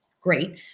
Great